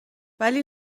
ولی